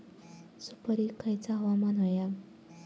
सुपरिक खयचा हवामान होया?